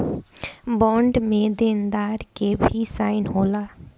bond में देनदार के भी साइन होला